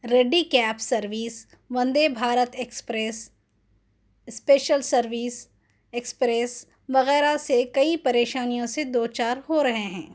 ready cab service Vande Bharat express special service express وغیرہ سے کئی پریشانیوں سے دو چار ہو رہے ہیں